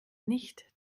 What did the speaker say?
nicht